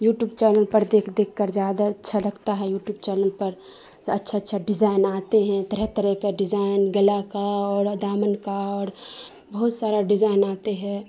YouTube channel پر دیکھ دیکھ کر زیادہ اچھا لگتا ہے یوٹیوب چینل پر اچھا اچھا ڈیزائن آتے ہیں طرح طرح کا ڈیزاین گلا کا اور دامن کا اور بہت سارا ڈیزائن آتے ہے